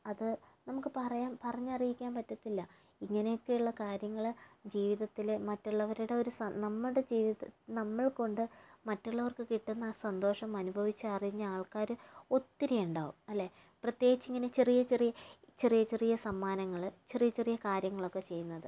അത് നമുക്ക് പറയാൻ പറഞ്ഞറിയിക്കാൻ പറ്റത്തില്ല ഇങ്ങനെയൊക്കെയുള്ള കാര്യങ്ങള് ജീവിതത്തില് മറ്റുള്ളവരുടെ ഒരു നമ്മുടെ ജീവിതത്തിൽ നമ്മൾകൊണ്ട് മറ്റുള്ളവർക്ക് കിട്ടുന്ന ആ സന്തോഷം അനുഭവിച്ചറിഞ്ഞ ആൾക്കാര് ഒത്തിരിയുണ്ടാവും അല്ലേ പ്രത്യേകിച്ചിങ്ങനെ ചെറിയ ചെറിയ ചെറിയ ചെറിയ സമ്മാനങ്ങള് ചെറിയ ചെറിയ കാര്യങ്ങളൊക്കെ ചെയ്യുന്നത്